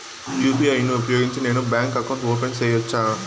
UPI ను ఉపయోగించి నేను బ్యాంకు అకౌంట్ ఓపెన్ సేయొచ్చా?